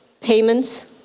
payments